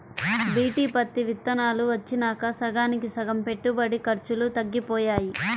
BT పత్తి విత్తనాలు వచ్చినాక సగానికి సగం పెట్టుబడి ఖర్చులు తగ్గిపోయాయి